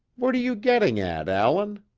what are you getting at, allan?